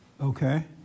Okay